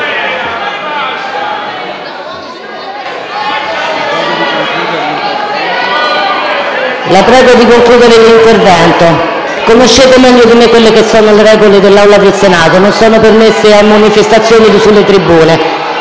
La prego di concludere l'intervento. Conoscete meglio di me le regole dell'Aula del Senato: non sono permesse manifestazioni nelle tribune.